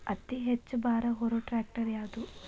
ಅತಿ ಹೆಚ್ಚ ಭಾರ ಹೊರು ಟ್ರ್ಯಾಕ್ಟರ್ ಯಾದು?